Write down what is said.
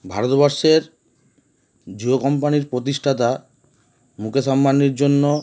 ভারতবর্ষের জিও কোম্পানির প্রতিষ্ঠাতা মুকেশ আম্বানির জন্য